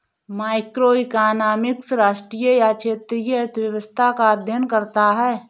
macroeconomics राष्ट्रीय या क्षेत्रीय अर्थव्यवस्था का अध्ययन करता है